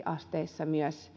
asteissa